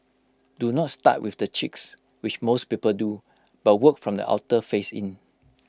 do not start with the cheeks which most people do but work from the outer face in